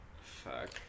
Fuck